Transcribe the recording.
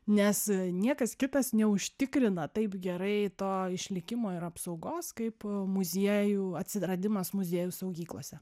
nes niekas kitas neužtikrina taip gerai to išlikimo ir apsaugos kaip muziejų atsiradimas muziejų saugyklose